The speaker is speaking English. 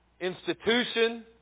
institution